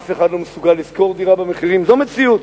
אף אחד לא מסוגל לשכור דירה במחירים, זאת המציאות.